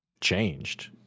changed